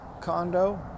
condo